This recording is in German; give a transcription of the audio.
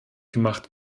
gemacht